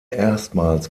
erstmals